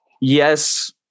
yes